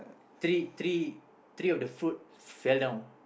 three three three of the fruit fell down